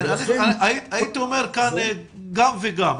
הייתי אומר כאן גם וגם,